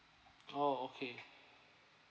oh okay